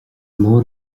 mór